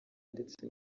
ndetse